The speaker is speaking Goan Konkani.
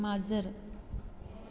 माजर